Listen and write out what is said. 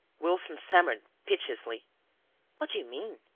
wilson stammered, piteously what do you mean?